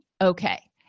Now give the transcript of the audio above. okay